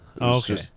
Okay